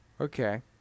Okay